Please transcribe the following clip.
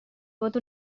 vot